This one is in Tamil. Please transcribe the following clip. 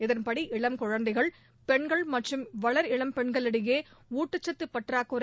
இதன்படி இளம் குழந்தைகள் பெண்கள் மற்றும் வளர்இளம் பெண்களிடையே ஊட்டச்சத்து பற்றாக்குறை